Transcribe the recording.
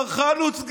מר חלוץ,